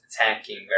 attacking